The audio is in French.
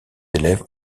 élèves